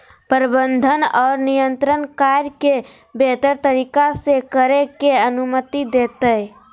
प्रबंधन और नियंत्रण कार्य के बेहतर तरीका से करे के अनुमति देतय